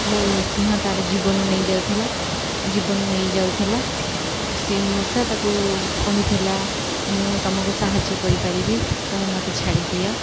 ମୁଁ ସିଂହ ତା'ର ଜୀବନ ନେଇଯାଉଥିଲା ଜୀବନ ନେଇଯାଉଥିଲା ସେ ମୂଷା ତାକୁ କହିଥିଲା ମୁଁ ତୁମକୁ ସାହାଯ୍ୟ କରିପାରିବି ତୁମେ ମୋତେ ଛାଡ଼ିଦିଅ